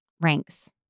ranks